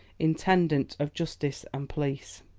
intendant of justice and police.